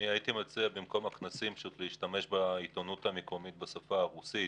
הייתי מציע במקום כנסים פשוט להשתמש בעיתונות המקומית בשפה הרוסית,